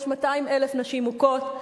יש 200,000 נשים מוכות,